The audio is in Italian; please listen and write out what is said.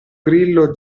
grillo